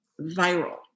viral